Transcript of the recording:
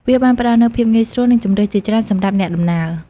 វាបានផ្ដល់នូវភាពងាយស្រួល និងជម្រើសជាច្រើនសម្រាប់អ្នកដំណើរ។